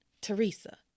Teresa